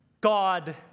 God